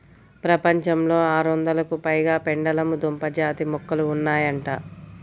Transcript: ప్రపంచంలో ఆరొందలకు పైగా పెండలము దుంప జాతి మొక్కలు ఉన్నాయంట